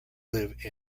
live